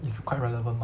is quite relevant mah